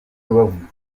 rubavu